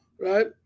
right